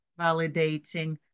validating